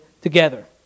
together